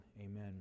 amen